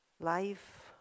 life